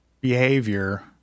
behavior